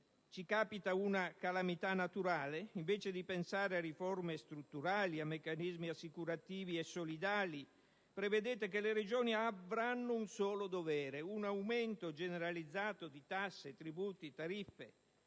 Se capita una calamità naturale, invece di pensare a riforme strutturali, a meccanismi assicurativi e solidali, prevedete che le Regioni avranno un solo dovere: un aumento generalizzato di tasse, tributi, tariffe.